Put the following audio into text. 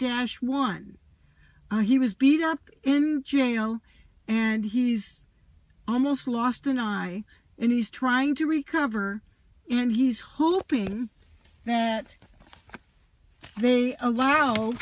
dance one he was beat up in jail and he's almost lost an eye and he's trying to recover and he's hoping that they allow